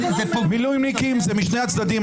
מילואימניקים הם משני הצדדים.